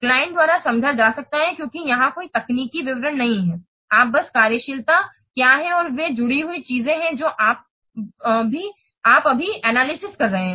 client द्वारा समझा जा सकता है क्योंकि यहां कोई तकनीकी विवरण नहीं है आप बस कार्यशीलता क्या हैं और वे जुड़ी हुई चीजें हैं जो आप अभी विश्लेषण कर रहे हैं